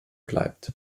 bleibt